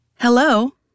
Hello